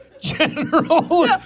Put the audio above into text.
general